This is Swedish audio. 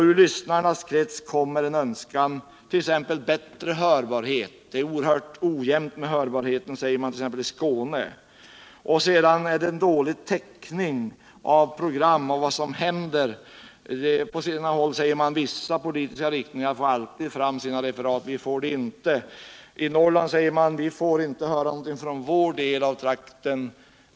Ur lyssnarnas krets kommer önskningar, t.ex. om bättre hörbarhet. Man säger exempelvis i Skåne att hörbarheten är mycket ojämn. På vissa håll anser man att lokalradion ger en dålig täckning av vad som händer. Dessutom anförs att vissa politiska riktningar alltid får fram sina referat, andra får det inte. I Norrland säger många att de inte får höra någonting från sin trakt.